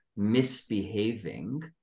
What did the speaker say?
misbehaving